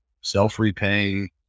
self-repaying